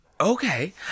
Okay